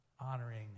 honoring